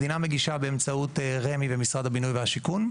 מגישה באמצעות רמ"י במשרד הבינוי והשיכון,